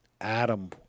Adam